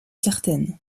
certaine